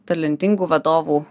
talentingų vadovų